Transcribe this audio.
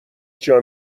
جان